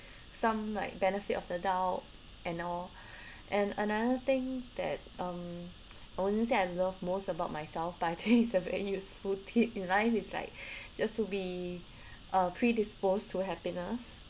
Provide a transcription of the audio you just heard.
some like benefit of the doubt and all and another thing that um I wouldn't say I love most about myself but I think it's a very useful tip in life is like just to be uh predisposed to happiness